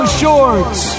shorts